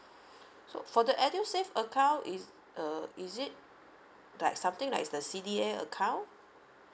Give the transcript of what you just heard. so for the edusave account is uh is it like something like the C_D_A account